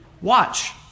watch